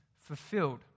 fulfilled